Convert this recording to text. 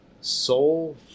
soul